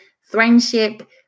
friendship